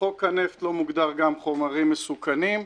בחוק הנפט לא מוגדר גם חומרים מסוכנים,